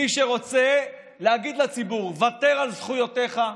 מי שרוצה להגיד לציבור "ותר על זכויותיך",